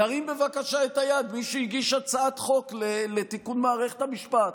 ירים בבקשה את היד מי שהגיש הצעת חוק לתיקון מערכת המשפט,